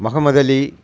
Mohammed Ali